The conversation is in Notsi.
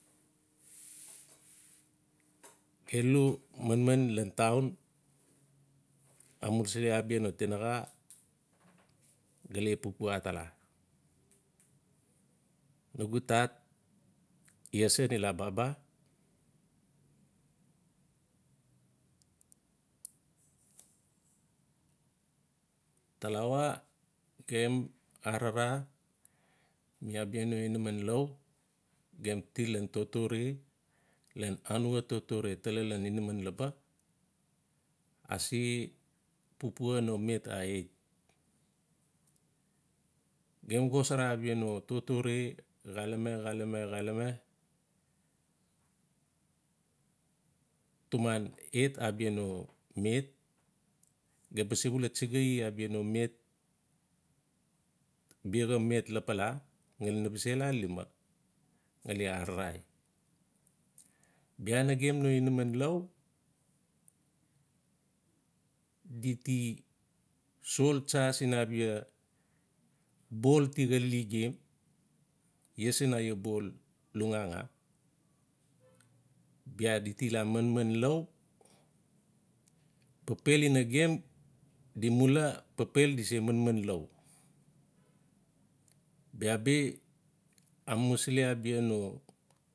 gelu manman ian town amusili abia no tinaxa ga le papua atala. Nugu tat iesen ila baba. talawa gem arara ma abia no inaman lau gem til ian totore ian anua totore tala ian inaman laba. Ase papua no met a et. Gem xosara abia no totore xalame-xalame-xalame. atumaan et abia no met. Gem ba sebula tsigai abia no met. biaxa met lapala ngali na ba se la lima ngali ararai. Bia nagem no inaman iau diti soln tsa siin abia buol ti xalili gem. iesen aias buol'lunganga.'Bia diti la manman lau papel ina gem di mula. papel di se manman lou. Bia bi amusili abia no.